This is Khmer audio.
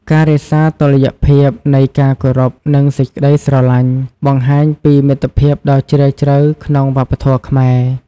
ការរក្សាតុល្យភាពនៃ ការគោរពនិងសេចក្ដីស្រឡាញ់បង្ហាញពីមិត្តភាពដ៏ជ្រាលជ្រៅក្នុងវប្បធម៌ខ្មែរ។